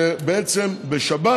שבעצם בשבת